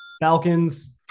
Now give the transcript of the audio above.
Falcons